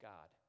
God